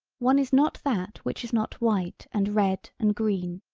one is not that which is not white and red and green,